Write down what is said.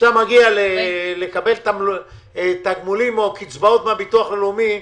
כשאתה מגיע לקבל תגמולים או קצבאות מהביטוח הלאומי,